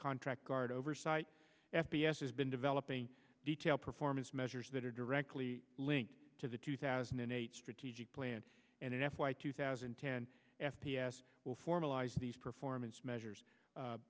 contract guard oversight f b s has been developing detailed performance measures that are directly linked to the two thousand and eight strategic plan and in f y two thousand and ten f p s will formalize these performance measures